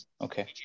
Okay